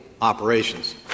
operations